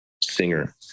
singer